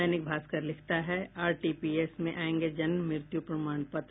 दैनिक भास्कर लिखता है आरटीपीएस में आयेंगे जन्म मृत्यु प्रमाण पत्र